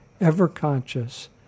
ever-conscious